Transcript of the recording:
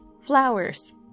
flowers